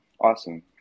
awesome